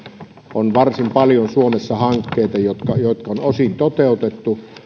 on varsin paljon suomessa hankkeita jotka jotka on osin toteutettu